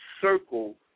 circle